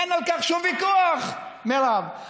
אין על כך שום ויכוח, מירב.